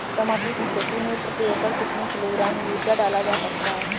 टमाटर की खेती में प्रति एकड़ कितनी किलो ग्राम यूरिया डाला जा सकता है?